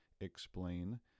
explain